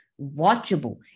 watchable